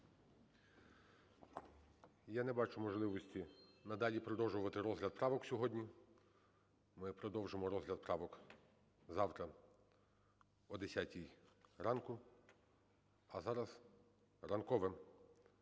Я не бачу можливості надалі продовжувати розгляд правок сьогодні. Ми продовжимо розгляд правок завтра о 10 ранку. А зараз ранкове